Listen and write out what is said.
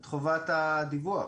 את חובת הדיווח.